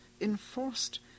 enforced